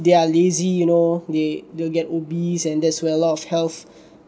they're lazy you know they they'll get obese and that's where a lot of health